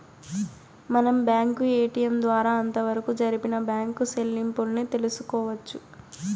మనం bank ATM ద్వారా అంతవరకు జరిపిన బ్యాంకు సెల్లింపుల్ని తెలుసుకోవచ్చు